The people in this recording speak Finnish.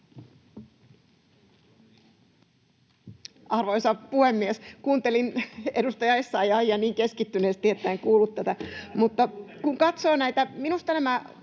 Arvoisa puhemies! Kuuntelin edustaja Essayahia niin keskittyneesti, että en kuullut tätä.